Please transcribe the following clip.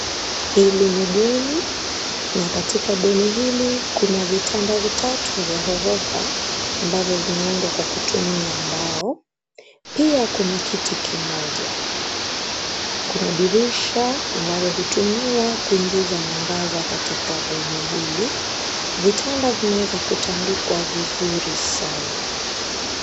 Hili ni bweni , na katika bweni hili kuna vitanda vitatu vya ghorofa ambavyo vimeundwa kwa kutumia mbao. Pia kuna kiti kimoja. Kuna dirisha ambalo hutumiwa kuingiza mwangaza katika bweni hili . Vitanda vimeweza kutandikwa vizuri sana.